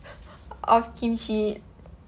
of kimchi